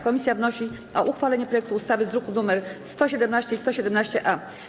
Komisja wnosi o uchwalenie projektu ustawy z druków nr 117 i 117-A.